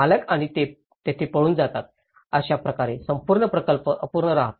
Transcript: मालक आणि ते तेथून पळून जातात अशा प्रकारे संपूर्ण प्रकल्प अपूर्ण राहतो